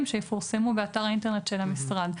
שיפורסמו באתר האינטרנט של המשרד".